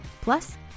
Plus